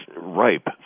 ripe